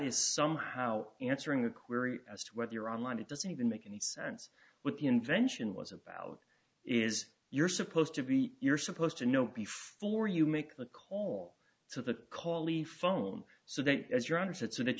is somehow answering the query as to whether you're online it doesn't even make any sense with the invention was about is you're supposed to be you're supposed to know before you make the call to the colli phone so th